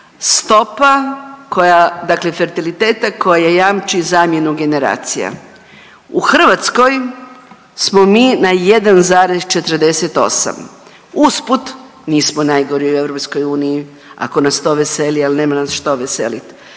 stopa koja dakle fertiliteta koja jamči zamjenu generacija. U Hrvatskoj smo mi na 1,48, usput nismo najgori u EU ako nas to veseli, al nema nas što veselit.